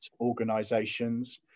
organizations